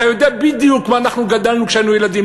אתה יודע בדיוק איפה גדלנו כשהיינו ילדים,